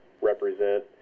represent